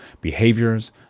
behaviors